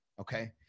Okay